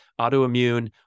autoimmune